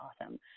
awesome